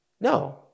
No